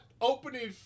opening